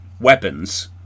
weapons